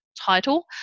title